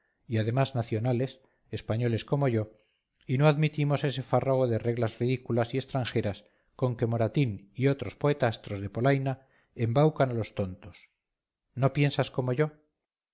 y además nacionales españoles como yo y no admitimos ese fárrago de reglas ridículas y extranjeras con que moratín y otros poetastros de polaina embaucan a los tontos no piensas como yo